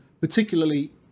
Particularly